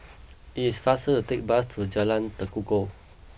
it is faster to take bus to Jalan Tekukor